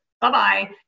bye-bye